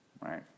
right